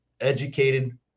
educated